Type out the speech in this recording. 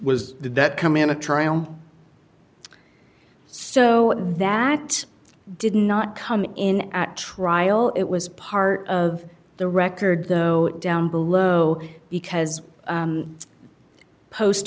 was did that come into trial so that did not come in at trial it was part of the record though downbelow because post